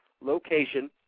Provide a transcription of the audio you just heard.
location